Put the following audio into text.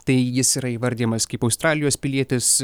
tai jis yra įvardijamas kaip australijos pilietis